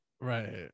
right